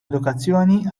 edukazzjoni